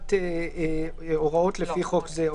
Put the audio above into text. אכיפת הוראות לפי חוק זה."